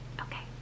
Okay